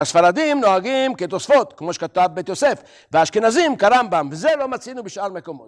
הספרדים נוהגים כתוספות, כמו שכתב בית יוסף, והאשכנזים כרמב"ם, וזה לא מצינו בשאר מקומות.